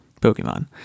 Pokemon